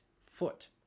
foot